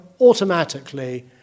automatically